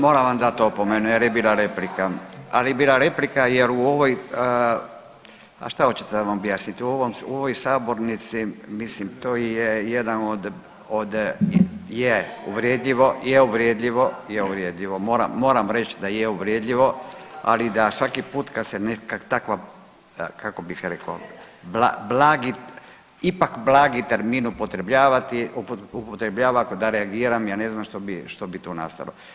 Moram vam dati opomenu jer je bila replika, ali je bila replika jer u ovoj, a šta očete da vam objasnim, u ovoj sabornici mislim to je jedan od, je uvredljivo, je uvredljivo, je uvredljivo, moram reći da je uvredljivo, ali da svaki put kad se neka takva kako bih rekao, blagi, ipak blagi termin upotrebljavati, upotrebljava da reagiram ja ne znam što bi tu nastalo.